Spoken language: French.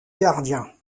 gardien